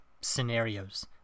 scenarios